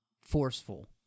forceful